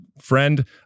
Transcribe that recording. friend